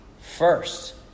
first